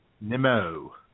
Nemo